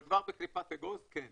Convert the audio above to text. אבל כבר בקליפת אגוז, כן,